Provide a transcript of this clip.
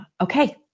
okay